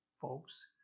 folks